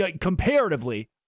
comparatively